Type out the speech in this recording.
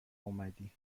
اومدی